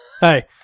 Hey